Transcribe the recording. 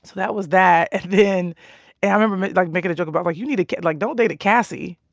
so that was that. and then and i remember, like, making a joke about like you need a like, don't date a cassie.